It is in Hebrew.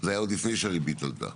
זה היה עוד לפני שהריבית עלתה.